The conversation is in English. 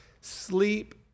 sleep